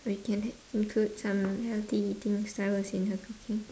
we can include some healthy eating styles in her cooking